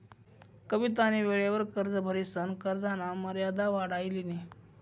कवितानी वेळवर कर्ज भरिसन कर्जना मर्यादा वाढाई लिनी